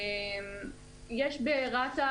רת"א,